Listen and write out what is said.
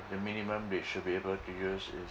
the minimum they should be able to use is